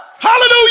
Hallelujah